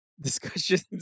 discussions